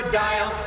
dial